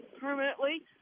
permanently